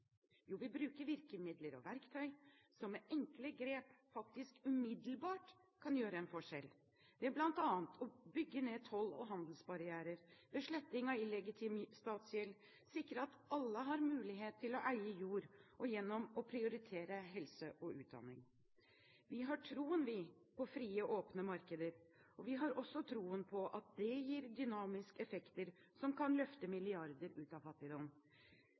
Jo, vi bruker virkemidler og verktøy som med enkle grep faktisk umiddelbart kan gjøre en forskjell – bl.a. ved å bygge ned toll og handelsbarrierer, ved sletting av illegitim statsgjeld, ved å sikre at alle har mulighet til å eie jord, og gjennom å prioritere helse og utdanning. Vi har troen på frie, åpne markeder, og vi har også troen på at det gir dynamiske effekter som kan løfte milliarder ut av fattigdom.